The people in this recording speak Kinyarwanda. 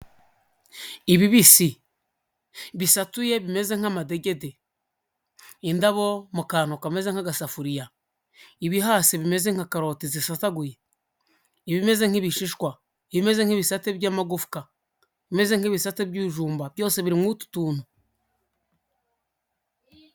Ibibisi bisatuye bimeze nk'amadegede, indabo mu kantu kameze nk'agasafuriya, ibihase bimeze nka karoti zisataguye, ibimeze nk'ibishishwa, ibimeze nk'ibisate by'amagufwa, ibimeze nk'ibisate by'ibijumba, byose biri muri utu tuntu.